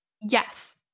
Yes